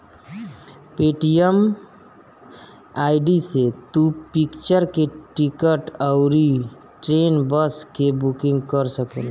Paytm ID से तू picture के टिकट अउरी ट्रेन, बस के बुकिंग कर सकेला